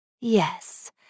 yes